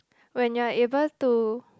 when you're able to